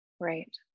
Right